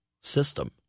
system